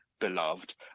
beloved